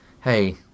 hey